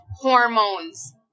hormones